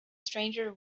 stranger